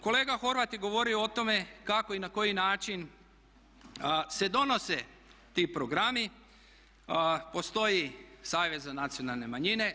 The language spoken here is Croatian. Kolega Horvat je govorio o tome kako i na koji način se donose ti programi, postoji Savjet za nacionalne manjine.